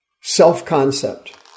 self-concept